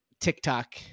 TikTok